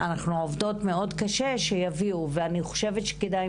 אנחנו עובדות מאוד קשה שיביאו אותו ואני חושבת שכדאי